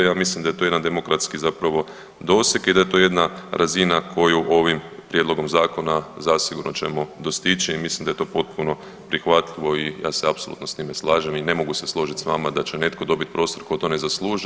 Ja mislim da je to jedan demokratski zapravo doseg i da je to jedna razina koju ovim prijedlogom zakona zasigurno ćemo dostići i mislim da je to potpuno prihvatljivo i ja se apsolutno s time slažem i ne mogu se složiti sa vama da će netko dobiti prostor tko to ne zaslužuje.